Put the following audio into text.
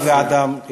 ואדם,